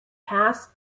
passed